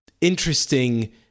interesting